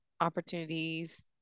opportunities